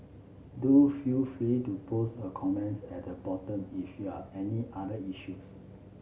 do feel free to post a comments at the bottom if you are any other issues